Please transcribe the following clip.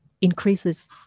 increases